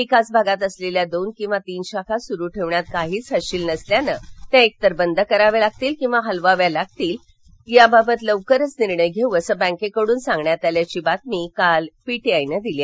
एकाच भागात असलेल्या दोन किंवा तीन शाखा सुरू ठेवण्यात काहीच हशील नसल्यानं त्या एकतर बंद कराव्या लागतील किंवा हलवाव्या लागतील लवकरच याबाबत निर्णय घेऊ असं बॅंकेकडून सांगण्यात आल्याची बातमी काल पीटीआयनं दिली